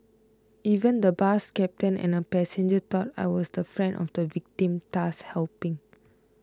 even the bus captain and a passenger thought I was the friend of the victim thus helping